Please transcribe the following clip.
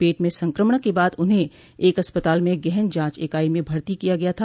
पेट में संक्रमण के बाद उन्हें एक अस्पताल में गहन जांच इकाई में भर्ती किया गया था